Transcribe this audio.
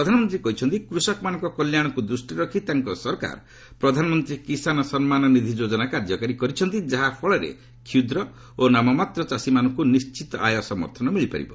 ପ୍ରଧାନମନ୍ତ୍ରୀ କହିଛନ୍ତି କୃଷକମାନଙ୍କ କଲ୍ୟାଶକୁ ଦୃଷ୍ଟିରେ ରଖି ତାଙ୍କ ସରକାର ପ୍ରଧାନମନ୍ତ୍ରୀ କିଷାନ ସମ୍ମାନ ନିଧି ଯୋଜନା କାର୍ଯ୍ୟକାରୀ କରିଛନ୍ତି ଯାହାଫଳରେ କ୍ଷୁଦ୍ର ଓ ନାମମାତ୍ର ଚାଷୀମାନଙ୍କୁ ନିଶ୍ଚିତ ଆୟ ସମର୍ଥନ ମିଳିପାରିବ